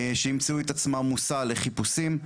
שימצאו את עצמם מושא לחיפושים,